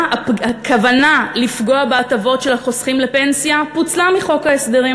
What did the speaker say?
הכוונה לפגוע בהטבות של החוסכים לפנסיה פוצלה מחוק ההסדרים.